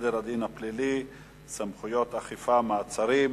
סדר הדין הפלילי (סמכויות אכיפה, מעצרים)